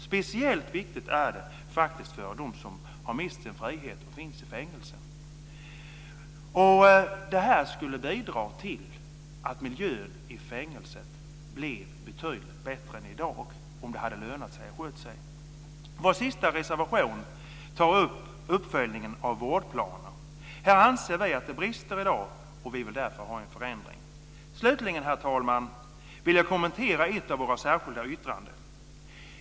Speciellt viktigt är det faktiskt för dem som har mist sin frihet och finns i fängelse. Detta - om det hade lönat sig att sköta sig - skulle bidra till att miljön i fängelset blir betydligt bättre än den är i dag. Vår sista reservation tar upp uppföljningen av vårdplaner. Här anser vi att det brister i dag och vi vill därför ha en förändring. Slutligen, herr talman, vill jag kommentera ett av våra särskilda yttranden.